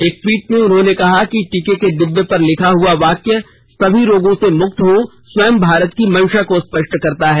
एक ट्वीट में उन्होंने कहा कि टीके के डिब्बे पर लिखा हुआ वाक्य सभी रोगों से मुक्त हो स्वयं भारत की मंशा को स्पष्ट करता है